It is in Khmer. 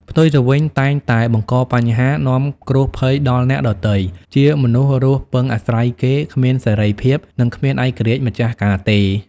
ផ្ទុយទៅវិញតែងតែបង្កបញ្ហា នាំគ្រោះភ័យដល់អ្នកដទៃ ជាមនុស្សរស់ពឹងអាស្រ័យគេ គ្មានសេរីភាព និងគ្មានឯករាជ្យម្ចាស់ការទេ ។